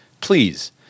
please